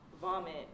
vomit